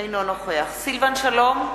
אינו נוכח סילבן שלום,